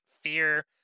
fear